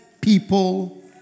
people